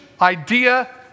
idea